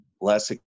less